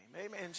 Amen